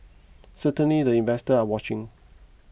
certainly the investors are watching